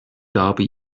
dhabi